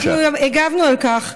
אנחנו הגבנו על כך.